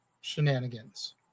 Shenanigans